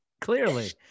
Clearly